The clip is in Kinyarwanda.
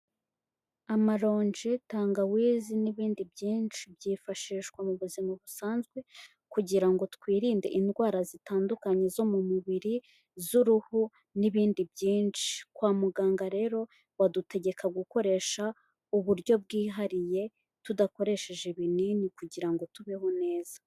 Amaronji, tangawizi n'ibindi byinshi byifashishwa mu buzima busanzwe kugira ngo twirinde indwara zitandukanye zo mu mubiri, z'uruhu n'ibindi byinshi. Kwa muganga rero badutegeka gukoresha uburyo bwihariye tudakoresheje ibinini kugira ngo tubeho neza.